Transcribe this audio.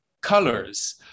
colors